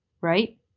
Right